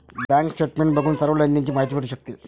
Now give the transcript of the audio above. bank statement बघून सर्व लेनदेण ची माहिती भेटू शकते